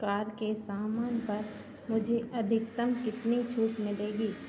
car के सामान पर मुझे अधिकतम कितनी छूट मिलेगी